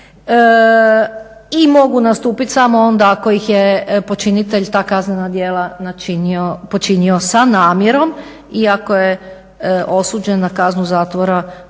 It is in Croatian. i mogu nastupit samo onda ako ih je počinitelj ta kaznena djela počinio sa namjerom i ako je osuđen na kaznu zatvora u